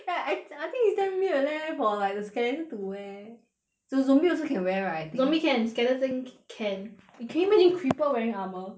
ya I I think it's damn weird leh for like the skeleton to wear zo~ zombie also can wear right I think zombie can skeleton ca~ can can you imagine creeper wearing armour